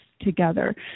together